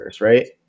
right